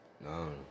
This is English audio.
No